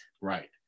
Right